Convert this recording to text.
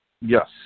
Yes